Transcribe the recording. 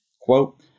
Quote